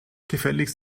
gefälligst